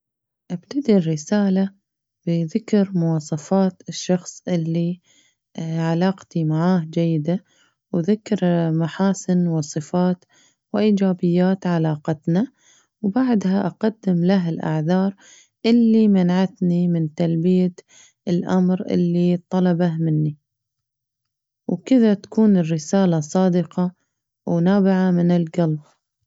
أبتدي الرسالة بذكر مواصفات الشخص اللي علاقتي معاه جيدة وأذكر محاسن وصفات وإيجابيات علاقتنا وبعدها أقدم له الأعذار اللي منعتني من تلبية الأمر اللي طلبه مني وكذة تكون الرسالة صادقة ونابعة من القلب.